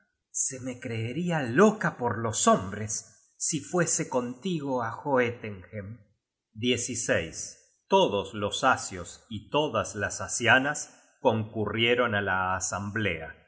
se me creeria loca por los hombres si fuese contigo á joetenhem todos los asios y todas las asianas concurrieron á la asamblea